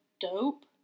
dope